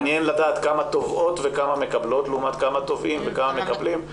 מעניין לדעת כמה תובעות וכמה מקבלות לעומת כמה תובעים וכמה מקבלים,